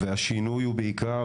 והשינוי הוא בעיקר